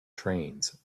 trains